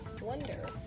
wonder